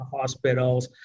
hospitals